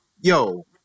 yo